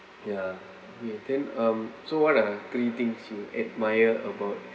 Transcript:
ya K then um so what are three things you admire about